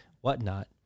whatnot